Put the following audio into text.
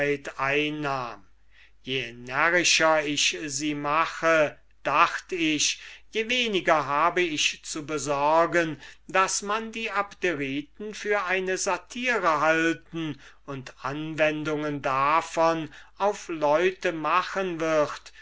einnahm je närrischer ich sie mache dachte ich je weniger habe ich zu besorgen daß man die abderiten für eine satyre halten und anwendungen davon auf leute machen wird